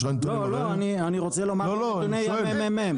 לא, אני רוצה לומר את נתוני הממ"מ.